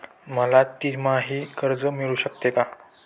मला तिमाही कर्ज मिळू शकते का?